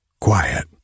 quiet